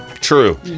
True